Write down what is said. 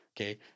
Okay